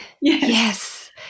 Yes